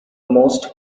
most